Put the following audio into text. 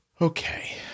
okay